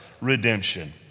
redemption